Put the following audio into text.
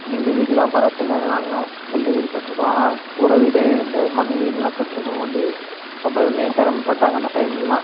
எங்கள் வீடெல்லாம் பரவாயில்ல நாங்கள் எல்லாம் கல் வீடு கட்டியிருக்கோம் ஆனால் கூரை வீடு இந்த மணல் வீடெல்லாம் கட்டியிருக்கறவங்க வந்து ரொம்பமே சிரமப்பட்டாங்க அந்த டைம்லெலாம்